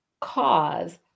cause